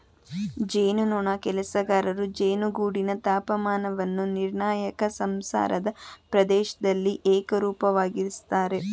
ಜೇನುನೊಣ ಕೆಲಸಗಾರರು ಜೇನುಗೂಡಿನ ತಾಪಮಾನವನ್ನು ನಿರ್ಣಾಯಕ ಸಂಸಾರದ ಪ್ರದೇಶ್ದಲ್ಲಿ ಏಕರೂಪವಾಗಿಸ್ತರೆ